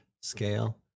scale